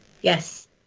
Yes